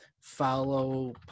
follow